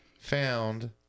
found